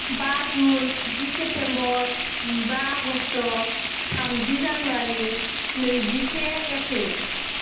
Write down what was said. बा जुन जि सेप्टेम्बर जिबा आगष्ट थामजि जानुवारि नैजिसे एप्रिल